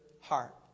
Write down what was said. heart